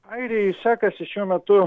airijai sekasi šiuo metu